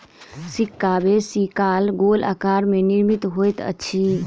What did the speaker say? सिक्का बेसी काल गोल आकार में निर्मित होइत अछि